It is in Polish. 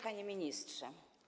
Panie Ministrze!